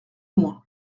loin